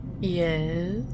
Yes